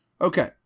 Okay